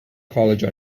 college